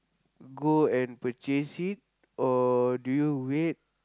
go and purchase it or do you wait